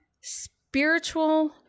spiritual